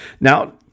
Now